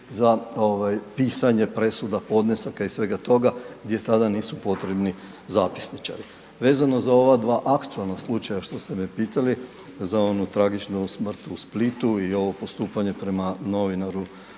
za pisanje ovaj presuda, podnesaka i svega toga gdje tada nisu potrebni zapisničari. Vezano za ova dva aktualna slučaja što ste me pitali, za onu tragičnu smrt u Splitu i ovo postupanje prema novinaru